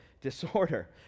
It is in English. disorder